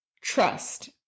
trust